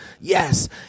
yes